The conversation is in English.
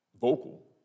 vocal